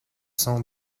cent